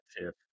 tip